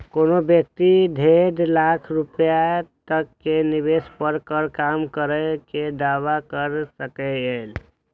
कोनो व्यक्ति डेढ़ लाख रुपैया तक के निवेश पर कर कम करै के दावा कैर सकैए